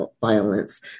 violence